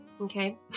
okay